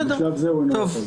בשלב זה הוא לא יכול.